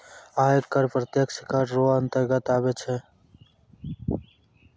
आय कर प्रत्यक्ष कर रो अंतर्गत आबै छै